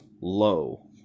Low